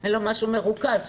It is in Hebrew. אין לו משהו מרוכז.